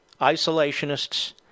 isolationists